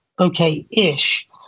okay-ish